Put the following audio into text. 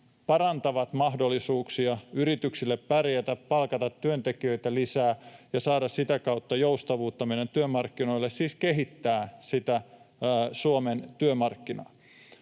parantavat mahdollisuuksia yrityksille pärjätä, palkata työntekijöitä lisää ja saada sitä kautta joustavuutta meidän työmarkkinoille, siis kehittää Suomen työmarkkinaa.